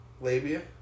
labia